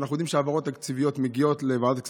שאנחנו יודעים שהעברות תקציביות מגיעות לוועדת כספים,